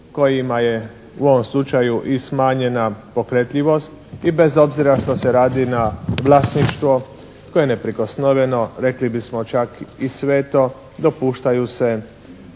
kojima je u ovom slučaju i smanjena pokretljivost. I bez obzira što se radi na vlasništvo, to je neprikosnoveno, rekli bismo čak i sveto. Dopuštaju se